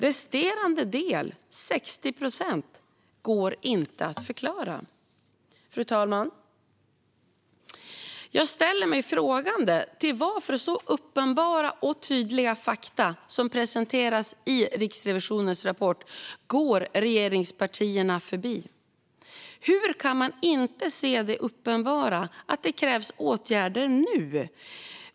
Resterande del, 60 procent, går inte att förklara. Fru talman! Jag ställer mig frågande till varför så uppenbara och tydliga fakta som presenteras i Riksrevisionens rapport går regeringspartierna förbi. Hur kan man inte se det uppenbara att det krävs åtgärder nu?